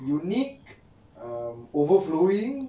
unique um overflowing